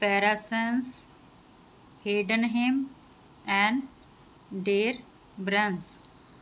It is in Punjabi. ਪੈਰਾਸੈਂਸ ਹੇਡਨ ਹਿਮ ਐਂਡ ਡੇਰਸ